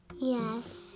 Yes